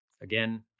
again